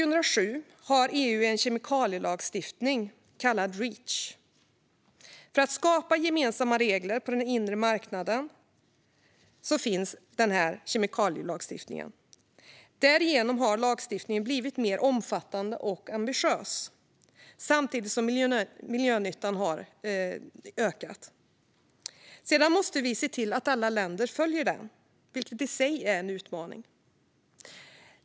Sedan 2007 har EU en kemikalielagstiftning, kallad Reach, för att skapa gemensamma regler på den inre marknaden. Därigenom har lagstiftningen blivit mer omfattande och ambitiös samtidigt som miljönyttan har ökat. Vi måste dock se till att alla länder följer den, vilket i sig är en utmaning.